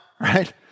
right